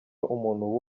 umuntu